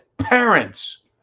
Parents